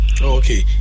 Okay